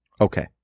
Okay